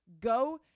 go